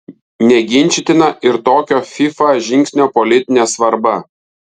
neginčytina ir tokio fifa žingsnio politinė svarba